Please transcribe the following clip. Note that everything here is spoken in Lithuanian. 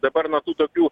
dabar nuo tų tokių